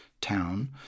town